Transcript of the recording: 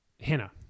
Hannah